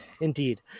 indeed